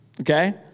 okay